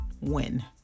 win